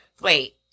Wait